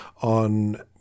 on